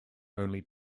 only